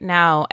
now